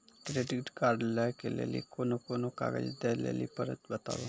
Credit card लै के लेली कोने कोने कागज दे लेली पड़त बताबू?